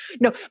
No